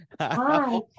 Hi